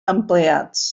empleats